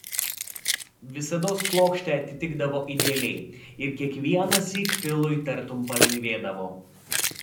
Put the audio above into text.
visados plokštė atitikdavo idealiai ir kiekvienąsyk filui tartum palengvėdavo